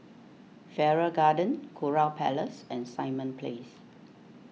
Farrer Garden Kurau Place and Simon Place